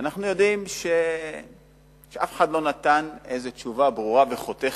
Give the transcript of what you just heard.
ואנחנו יודעים שאף אחד לא נתן איזו תשובה ברורה וחותכת.